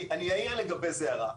אני אעיר לגבי זה הערה.